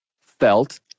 felt